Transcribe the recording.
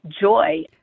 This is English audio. joy